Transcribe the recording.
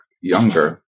younger